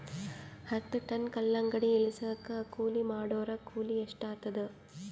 ಹತ್ತ ಟನ್ ಕಲ್ಲಂಗಡಿ ಇಳಿಸಲಾಕ ಕೂಲಿ ಮಾಡೊರ ಕೂಲಿ ಎಷ್ಟಾತಾದ?